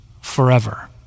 forever